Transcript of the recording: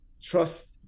trust